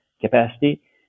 capacity